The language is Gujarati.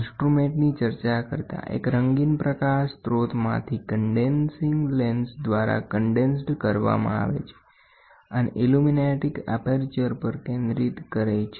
ઇન્સ્ટ્રુમેન્ટની ચર્ચા કરતાં મોનોક્રોમેટિક પ્રકાશ સ્રોતમાંથી આવતા પ્રકાશને કન્ડેન્સિંગ લેન્સ દ્વારા કન્ડેન્સ્ડ કરવામાં આવે છે અને ઇલુમેટિંગ એપર્ચર પર કેન્દ્રિત કરે છે